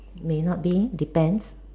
may not be depends